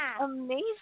amazing